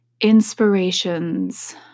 inspirations